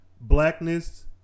blackness